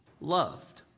loved